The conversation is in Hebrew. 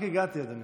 רק הגעתי, אדוני.